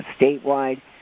statewide